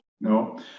No